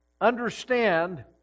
understand